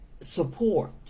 support